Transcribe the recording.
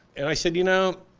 and i said you know,